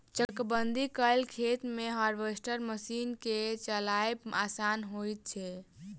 चकबंदी कयल खेत मे हार्वेस्टर मशीन के चलायब आसान होइत छै